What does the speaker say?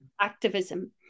activism